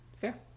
Fair